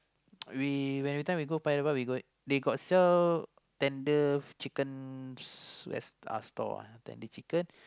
we when everything we go Paya-Lebar we go they got sell tender chicken s~ uh store ah tender chicken